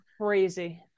Crazy